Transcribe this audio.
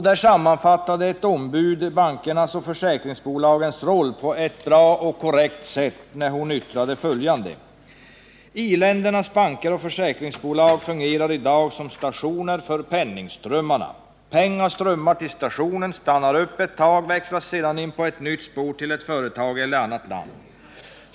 Där sammanfattade ett ombud bankernas och försäkringsbolagens roll på ett bra och korrekt sätt när hon yttrade följande: I-ländernas banker och försäkringsbolag fungerar i dag som stationer för penningströmmarna. Pengar strömmar till stationen, stannar upp ett tag, växlas sedan in på ett nytt spår till ett företag eller annat land.